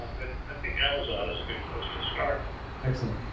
but i think amazon is a good place to start excellent.